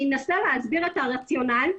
אני אנסה להסביר את הרציונל.